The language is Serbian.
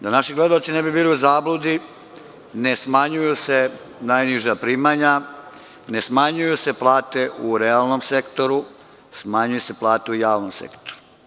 Da naši gledaoci ne bi bili u zabludi, ne smanjuju se najniža primanja, ne smanjuju se plate u realnom sektoru, smanjuju se plate u javnom sektoru.